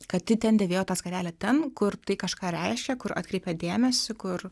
kad ji ten dėvėjo tą skarelę ten kur tai kažką reiškė kur atkreipė dėmesį kur